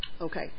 Okay